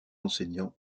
enseignants